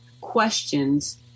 questions